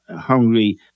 Hungary